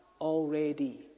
already